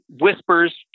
whispers